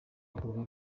bukorwa